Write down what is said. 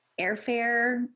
airfare